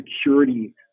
security